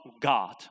God